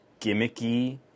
gimmicky